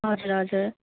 हजुर हजुर